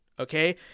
Okay